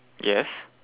yes